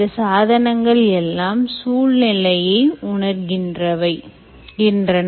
இந்த சாதனங்கள் எல்லாம் சூழ்நிலையை உணர்கின்றன